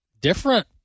different